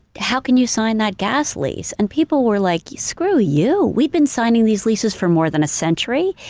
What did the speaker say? how can you sign that gas lease? and people were like, screw you, we've been signing these leases for more than a century.